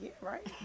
right